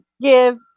give –